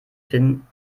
finden